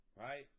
right